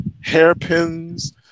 hairpins